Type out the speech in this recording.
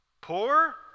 Poor